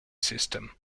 system